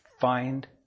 find